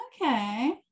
okay